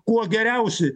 kuo geriausi